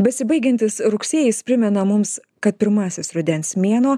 besibaigiantis rugsėjis primena mums kad pirmasis rudens mėnuo